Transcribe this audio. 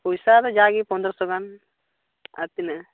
ᱯᱚᱭᱥᱟ ᱫᱚ ᱡᱟᱜᱮ ᱯᱚᱸᱫᱽᱨᱚ ᱥᱚ ᱜᱟᱱ ᱟᱨ ᱛᱤᱱᱟᱹᱜ